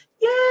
Yay